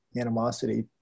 animosity